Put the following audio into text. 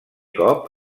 cop